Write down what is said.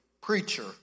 preacher